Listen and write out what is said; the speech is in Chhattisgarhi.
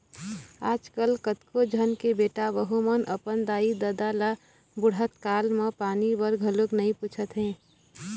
आजकल कतको झन के बेटा बहू मन अपन दाई ददा ल बुड़हत काल म पानी बर घलोक नइ पूछत हे